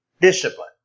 discipline